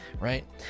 right